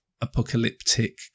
apocalyptic